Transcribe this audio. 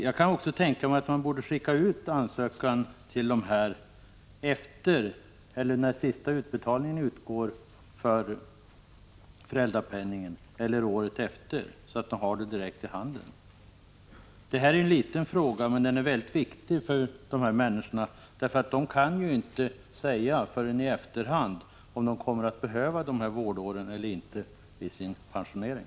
Jag kan tänka mig den ordningen att man skickar ut ansökan till föräldrarna när sista utbetalningen för föräldrapenningen utgår eller året efter, så att föräldrarna har ansökan direkt i handen. Detta är en liten fråga, men den är mycket viktig för de berörda människorna. De kan ju inte förrän i efterhand säga om de kommer att behöva vårdåren eller inte vid sin pensionering.